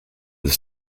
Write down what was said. this